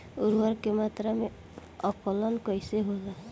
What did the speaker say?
उर्वरक के मात्रा में आकलन कईसे होला?